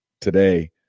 today